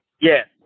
Yes